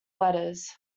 letters